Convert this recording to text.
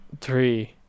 three